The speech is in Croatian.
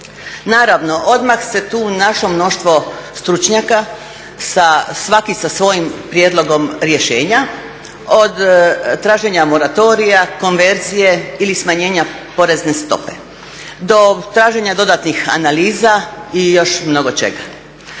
Naravno, odmah se tu našlo mnoštvo stručnjaka svaki sa svojim prijedlogom rješenja, od traženja moratorija, konverzije ili smanjenja porezne stope do traženja dodatnih analiza i još mnogo čega.